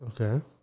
okay